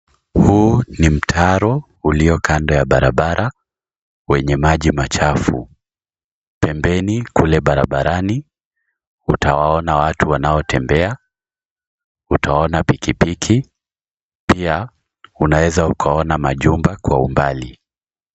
Huu ni mtaro ulio kando ya barabara wenye maji machafu. Pembeni kule barabarani utawaona watu wanaotembea, utaona pikipiki pia unaweza ukaona majumba kwa umbali.